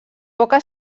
poca